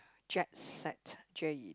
jet set jay